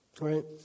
Right